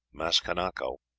maskanako,